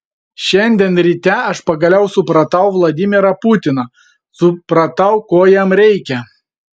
šiandien ryte aš pagaliau supratau vladimirą putiną supratau ko jam reikia